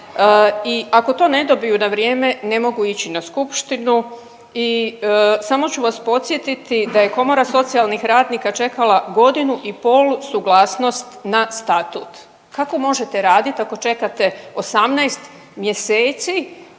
i ako to ne dobiju na vrijeme ne mogu ići na skupštinu i samo ću vas podsjetiti da je Komora socijalnih radnika čekala godinu i pol suglasnost na statut. Kako možete raditi ako čekate 18 mjeseci